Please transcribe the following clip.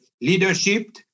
leadership